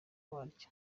waryo